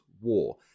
War